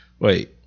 Wait